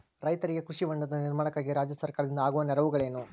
ರೈತರಿಗೆ ಕೃಷಿ ಹೊಂಡದ ನಿರ್ಮಾಣಕ್ಕಾಗಿ ರಾಜ್ಯ ಸರ್ಕಾರದಿಂದ ಆಗುವ ನೆರವುಗಳೇನು?